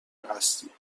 هستی